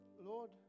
Lord